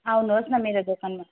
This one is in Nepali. आउनुहोस् न मेरो दोकानमा